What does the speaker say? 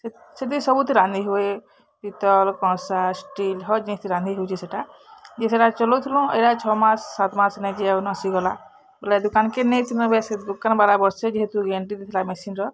ସେଥି ସବୁଥି ରାନ୍ଧି ହୁଏ ପିତଲ୍ କଂସା ଷ୍ଟିଲ୍ ହର୍ ଜିନିଷଥି ରାନ୍ଧି ହଉଛେ ସେଟା ଯେ ସେଟା ଚଲଉଥିଲୁ ଇଟା ଛଅ ମାସ୍ ସାତ୍ ମାସ୍ ନେଇଯାଏ ଆଉ ନସିଗଲା ବୋଲେ ଦୋକାନ୍କେ ନେଇ ଥିଲୁ ଦୋକାନ୍ବାଲା ବର୍ଷେ ଯେହେତୁ ଗେରେଣ୍ଟି ଦେଇଥିଲା ମେସିନ୍ର